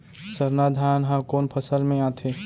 सरना धान ह कोन फसल में आथे?